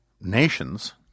nations